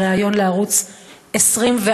ריאיון לערוץ 24,